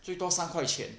最多三块钱